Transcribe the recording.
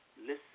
Listen